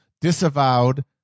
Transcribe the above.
disavowed